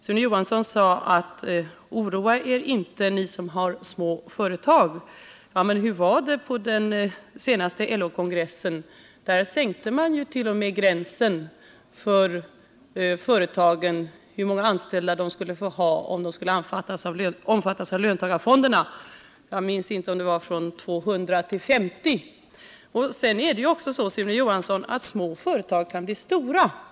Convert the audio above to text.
Sune Johansson sade: Oroa er inte, ni som har små företag! Men hur var det på den senaste LO-kongressen? Där ville man ju t.o.m. sänka gränsen för hur många anställda företagen skulle få ha för att omfattas av löntagarfonderna — det var en sänkning från 200 till 50, om jag minns rätt. Sedan är det ju också så, Sune Johansson, att små företag kan bli stora.